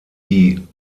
die